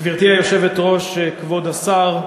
גברתי היושבת-ראש, כבוד השר,